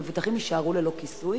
המבוטחים יישארו ללא כיסוי?